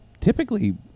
typically